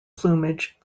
plumage